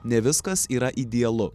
ne viskas yra idealu